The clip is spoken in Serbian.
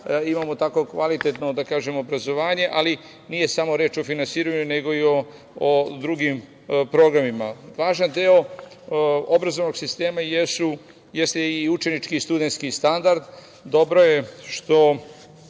imamo tako kvalitetno obrazovanje, ali nije samo reč o finansiranju, nego i o drugim programima. Važan deo obrazovnog sistema jeste i učenički i studenski standard. Dobro je što